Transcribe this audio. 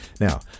Now